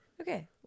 okay